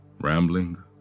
Rambling